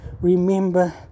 Remember